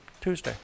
Tuesday